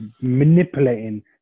manipulating